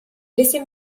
laissez